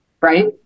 right